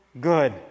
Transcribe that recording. good